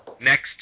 next